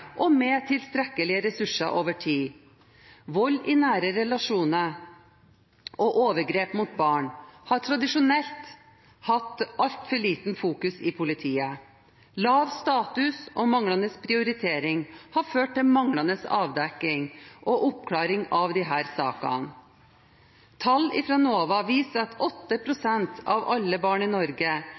og med tilstrekkelige ressurser over tid. Vold i nære relasjoner og overgrep mot barn har tradisjonelt hatt altfor lite fokus i politiet. Lav status og manglende prioritering har ført til manglende avdekking og oppklaring av disse sakene. Tall fra NOVA viser at 8 pst. av alle barn i Norge